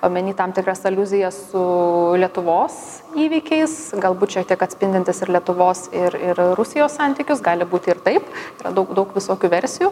omeny tam tikras aliuzijas su lietuvos įvykiais galbūt šiek tiek atspindintys ir lietuvos ir ir rusijos santykius gali būti ir taip yra daug daug visokių versijų